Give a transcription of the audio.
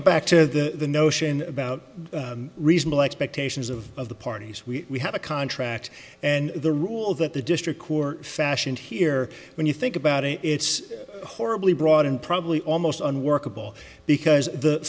go back to the notion about reasonable expectations of of the parties we have a contract and the rule that the district court fashioned here when you think about it it's horribly broad and probably almost unworkable because the